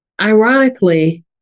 ironically